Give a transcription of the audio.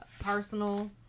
personal